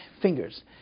fingers